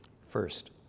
First